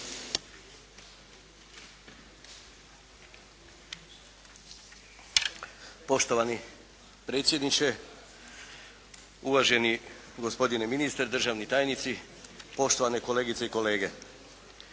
Poštovani predsjedniče, uvaženi gospodine ministre, državni tajnici, poštovane kolegice i kolege!